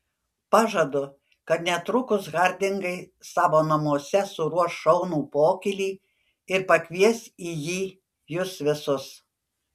pažadu kad netrukus hardingai savo namuose suruoš šaunų pokylį ir pakvies į jį jus visus